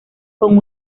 con